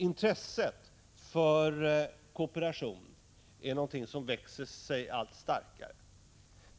Intresset för kooperation växer sig allt starkare.